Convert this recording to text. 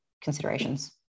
considerations